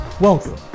Welcome